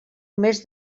més